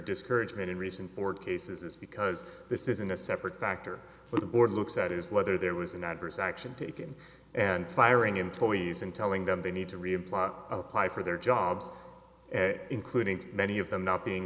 discouragement in recent court cases is because this isn't a separate factor where the board looks at is whether there was an adverse action taking and firing employees and telling them they need to reapply apply for their jobs including many of them not being